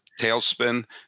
tailspin